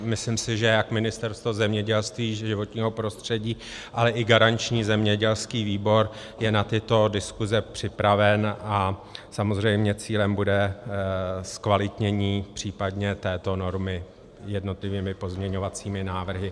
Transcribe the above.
Myslím si, že jak Ministerstvo zemědělství, životního prostředí, ale i garanční zemědělský výbor je na tyto diskuse připraven a samozřejmě cílem bude zkvalitnění případně této normy jednotlivými pozměňovacími návrhy.